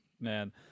man